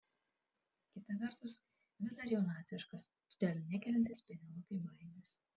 kita vertus vis dar jaunatviškas todėl nekeliantis penelopei baimės